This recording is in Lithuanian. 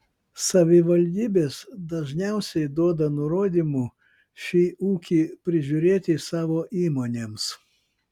savivaldybės dažniausiai duoda nurodymų šį ūkį prižiūrėti savo įmonėms